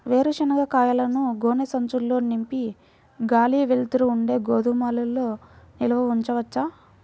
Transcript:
వేరుశనగ కాయలను గోనె సంచుల్లో నింపి గాలి, వెలుతురు ఉండే గోదాముల్లో నిల్వ ఉంచవచ్చా?